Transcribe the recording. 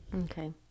Okay